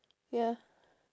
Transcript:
ya